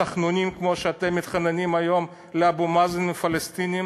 בתחנונים כמו שאתם מתחננים היום לאבו מאזן ולפלסטינים